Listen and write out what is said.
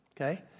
Okay